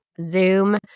Zoom